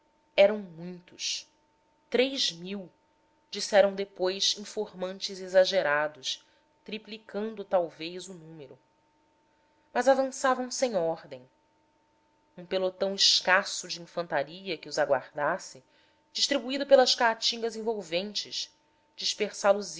eram muitos três mil disseram depois informantes exagerados triplicando talvez o número mas avançavam sem ordem um pelotão escasso de infantaria que os aguardasse distribuído pelas caatingas envolventes